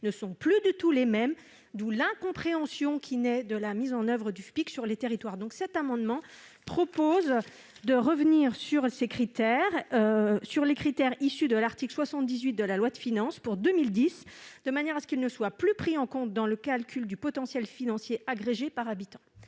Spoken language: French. ne sont donc plus du tout les mêmes, d'où l'incompréhension qui naît de la mise en oeuvre du FPIC sur les territoires. Cet amendement a pour objet de revenir sur les critères issus de l'article 78 de la loi de finances pour 2010, de manière qu'ils ne soient plus pris en compte dans le calcul du potentiel financier agrégé par habitant.